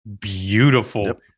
beautiful